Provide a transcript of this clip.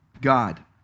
God